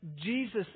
Jesus